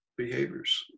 behaviors